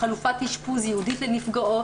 חלופת אשפוז ייעודית לנפגעות.